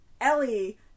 Ellie